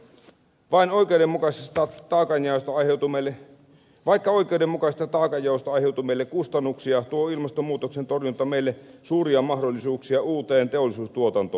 vaikka oikeudenmukaisesta taakanjaosta aiheutuu meille paikka oikeudenmukaista palkkajoustoa jutun eli kustannuksia tuo ilmastonmuutoksen torjunta meille suuria mahdollisuuksia uuteen teollisuustuotantoon